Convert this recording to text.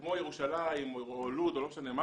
וכמו ירושלים או לוד או לא משנה איזה